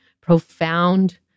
profound